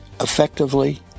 effectively